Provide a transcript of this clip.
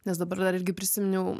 nes dabar dar irgi prisiminiau